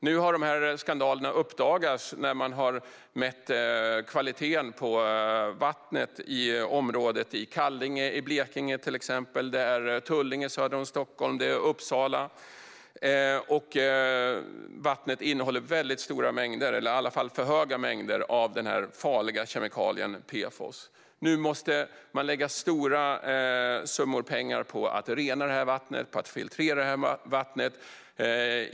Nu har de här skandalerna uppdagats när man har mätt kvaliteten på vattnet till exempel i området i Kallinge i Blekinge, i Tullinge söder om Stockholm och i Uppsala. Vattnet innehåller för höga mängder av den farliga kemikalien PFOS, som i dag är förbjuden, och nu måste man lägga stora summor pengar på att rena och filtrera vattnet.